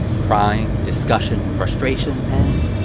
crying, discussion, frustration, and.